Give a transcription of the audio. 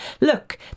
look